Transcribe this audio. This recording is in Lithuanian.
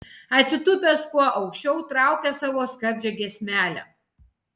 atsitūpęs kuo aukščiau traukia savo skardžią giesmelę